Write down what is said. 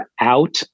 out